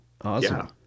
Awesome